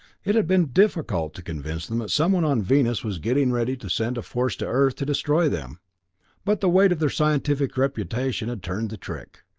it had been difficult to convince them that someone on venus was getting ready to send a force to earth to destroy them but the weight of their scientific reputation had turned the trick.